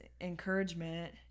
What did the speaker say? encouragement